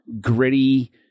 gritty